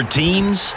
teams